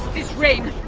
this rain!